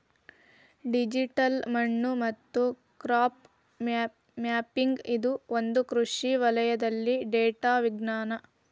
digital ಮಣ್ಣು ಮತ್ತು crop mapping ಇದು ಒಂದು ಕೃಷಿ ವಲಯದಲ್ಲಿ ಡೇಟಾ ವಿಜ್ಞಾನ